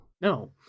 No